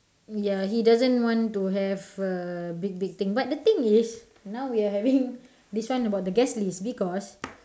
ya he doesn't want to have a big big thing but the thing is now we are having this one about the guest list because